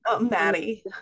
Maddie